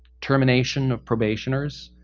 termination of probationers,